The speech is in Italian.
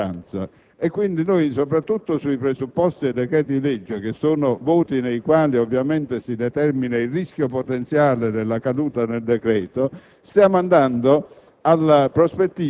per la maggioranza. Quindi, soprattutto sui presupposti dei decreti-legge, voti nei quali si determina il rischio potenziale della caduta del decreto, stiamo andando